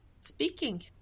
speaking